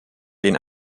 den